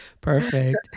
Perfect